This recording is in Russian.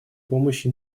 помощи